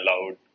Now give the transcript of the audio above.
allowed